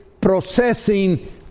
processing